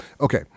Okay